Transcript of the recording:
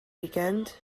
weekend